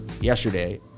yesterday